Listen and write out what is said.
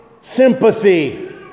sympathy